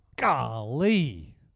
Golly